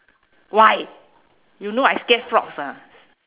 why you know I scared frogs ah